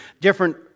different